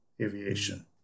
aviation